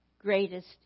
greatest